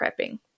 prepping